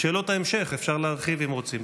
בשאלות ההמשך אפשר להרחיב, אם רוצים.